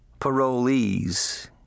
Parolees